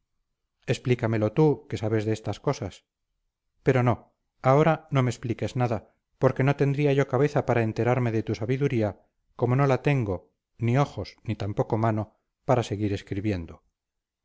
explícamelo tú que sabes de estas cosas pero no ahora no me expliques nada porque no tendría yo cabeza para enterarme de tu sabiduría como no la tengo ni ojos ni tampoco mano para seguir escribiendo